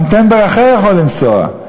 גם טנדר אחר יכול לנסוע,